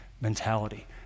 mentality